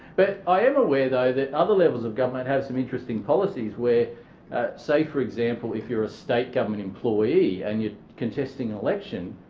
but i am aware though that other levels of government have some interesting policies where say for example if you're a state government employee and you're contesting an election,